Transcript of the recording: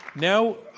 now,